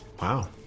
Wow